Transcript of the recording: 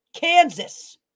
Kansas